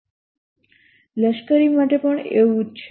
લશ્કરી માટે પણ એવું જ છે